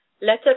Letter